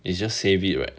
is just save it right